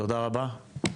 תודה רבה.